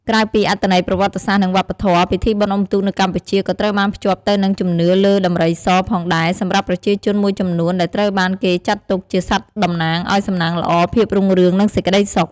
ក្រៅពីអត្ថន័យប្រវត្តិសាស្ត្រ និងវប្បធម៌ ពិធីបុណ្យអុំទូកនៅកម្ពុជាក៏ត្រូវបានភ្ជាប់ទៅនឹងជំនឿលើដំរីសផងដែរសម្រាប់ប្រជាជនមួយចំនួន ដែលត្រូវបានគេចាត់ទុកជាសត្វតំណាងឲ្យសំណាងល្អ ភាពរុងរឿង និងសេចក្តីសុខ។